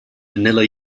vanilla